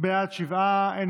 (הוראת שעה) (תיקון מס' 10) (הארכת תוקף והוראות נוספות),